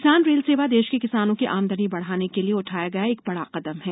किसान रेल सेवा देश के किसानों की आमदनी बढ़ाने के लिए उठाया गया एक बड़ा कदम है